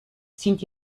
sind